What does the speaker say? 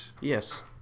Yes